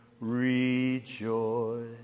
rejoice